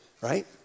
right